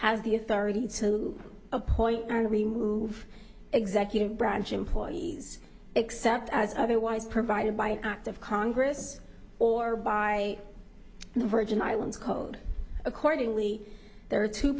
has the authority to appoint and remove executive branch employees except as otherwise provided by an act of congress or by the virgin islands code accordingly there are two